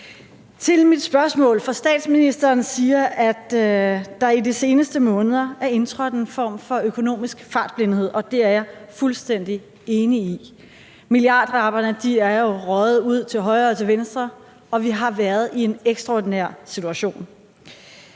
Til mit spørgsmål. Statsministeren siger, at der i de seneste måneder er indtrådt en form økonomisk fartblindhed, og det er jeg fuldstændig enig i. Milliardpakkerne er jo røget ud til højre og til venstre, og vi har været i en ekstraordinær situation.